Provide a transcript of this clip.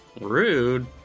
Rude